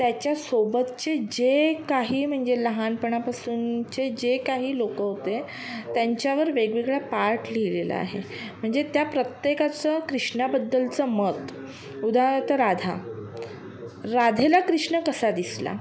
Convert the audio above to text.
त्याच्यासोबतचे जे काही म्हणजे लहानपणापासूनचे जे काही लोकं होते त्यांच्यावर वेगवेगळा पार्ट लिहिलेला आहे म्हणजे त्या प्रत्येकाचं कृष्णाबद्दलचं मत उदाहरणार्थ राधा राधेला कृष्ण कसा दिसला